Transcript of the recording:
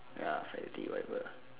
ya five thirty whatever lah